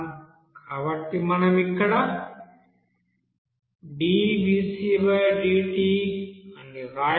కాబట్టి మనం ఇక్కడ ddt అని వ్రాయవచ్చు